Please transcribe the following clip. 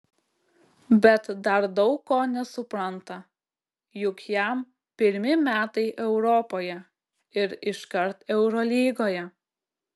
bet dar daug ko nesupranta juk jam pirmi metai europoje ir iškart eurolygoje